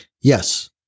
Yes